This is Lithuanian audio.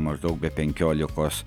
maždaug be penkiolikos